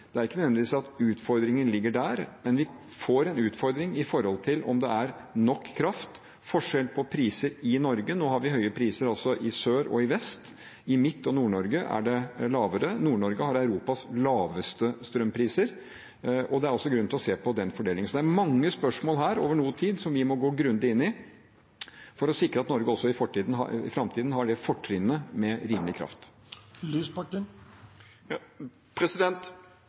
at utfordringen ikke nødvendigvis ligger der, men vi får en utfordring med hensyn til om det er nok kraft. Det er forskjell på priser i Norge. Nå har vi høye priser i sør og i vest, i Midt-Norge og i Nord-Norge er det lavere. Nord-Norge har Europas laveste strømpriser. Det er også grunn til å se på den fordelingen. Så det er mange spørsmål her, over noe tid, som vi må gå grundig inn i for å sikre at Norge også i framtiden har de fortrinnene med rimelig kraft.